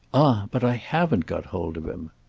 ah but i haven't got hold of him!